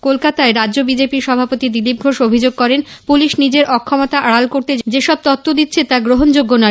কলকাতায় গতকাল রাজ্য বিজেপির সভাপতি দিলীপ ঘোষ অভিযোগ করেন পুলিশ নিজেদের অক্ষমতা আডাল করতে যেসব তত্ব দিচ্ছে তা গ্রহনযোগ্য নয়